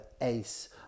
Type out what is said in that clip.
ace